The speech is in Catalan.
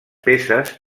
peces